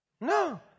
No